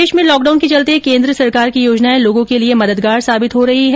प्रदेश में लॉकडाउन के चलते केन्द्र सरकार की योजनाएं लोगों के लिए काफी मददगार साबित हो रही है